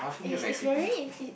is is very is